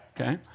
Okay